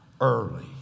early